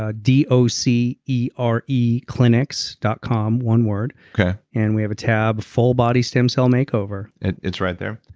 ah d o c e r e clinics dot com one word and we have a tab full-body stem cell makeover it's right there?